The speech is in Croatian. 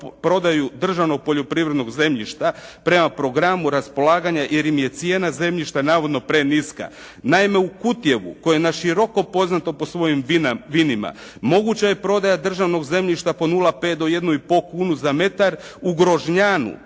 prodaju državnog poljoprivrednog zemljišta prema programu raspolaganja jer im je cijena zemljišta navodno preniska. Naime u Kutjevu koje je naširoko poznato po svojim vinima moguća je prodaja državnog zemljišta po 0,5 do 1 i po kunu po metar. U Grožnjanu